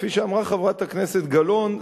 כפי שאמרה חברת הכנסת גלאון,